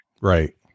right